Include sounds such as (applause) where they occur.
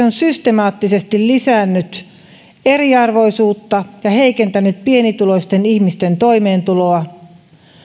(unintelligible) on systemaattisesti lisännyt eriarvoisuutta ja heikentänyt pienituloisten ihmisten toimeentuloa